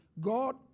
God